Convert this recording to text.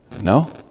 No